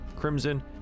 Crimson